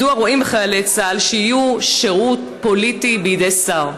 שיהיו שירות פוליטי בידי שר?